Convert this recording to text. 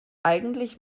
eigentlich